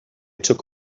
took